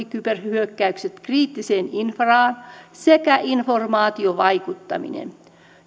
kyberhyökkäykset kriittiseen infraan sekä informaatiovaikuttaminen